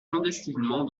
clandestinement